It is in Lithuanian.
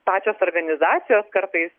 pačios organizacijos kartais